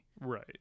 Right